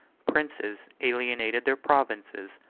princes alienated their provinces,